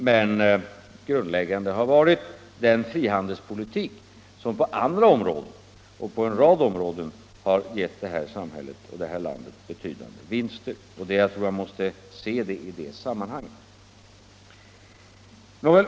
Men grundläggande har varit den frihandelspolitik som på en rad andra områden har givit vårt land betydande vinster. Jag tror man måste se frågan i det sammanhanget.